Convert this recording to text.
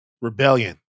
Rebellion